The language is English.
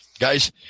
Guys